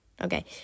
Okay